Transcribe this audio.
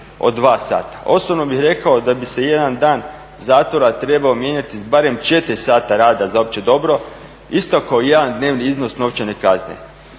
Osobno bih rekao da bi se jedan dan zatvora trebao mijenjati s barem 4 sata rada za opće dobro isto kao i jedan dnevni iznos novčane kazne.